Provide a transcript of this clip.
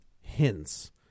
hints